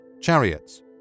chariots